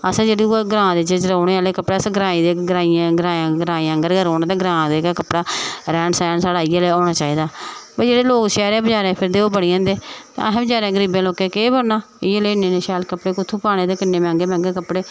अस उयै जेह्ड़े ग्रां च रौह्ने आह्ले कपड़े अस ग्राईं ग्राईं आंह्गर गै ग्राईं आंह्गर गै रौह्ना ते ग्रां दे गै कपड़ा रैह्न सैह्न साढ़ा इयै लैहा होना चाहिदा ओह् जेह्ड़े लोग शैह्रें बजारें फिरदे ओह् बनी जंदे ते असें बचैरैं गरीबें लोकैं केह् बनना इयै लेह् इन्नी इन्नी शैल कपड़े कुत्थूं पाने ते किन्ने मैंह्गे मैंह्गे कपड़े